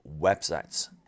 websites